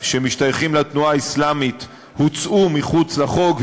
המשתייכים לתנועה האסלאמית הוצאו מחוץ לחוק,